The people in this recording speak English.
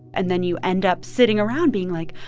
and then you end up sitting around, being, like,